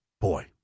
boy